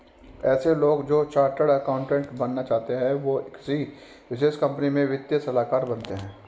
ऐसे लोग जो चार्टर्ड अकाउन्टन्ट बनना चाहते है वो किसी विशेष कंपनी में वित्तीय सलाहकार बनते हैं